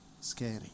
Scary